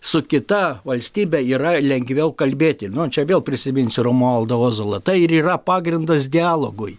su kita valstybe yra lengviau kalbėti nu čia vėl prisiminsiu romualdą ozolą tai ir yra pagrindas dialogui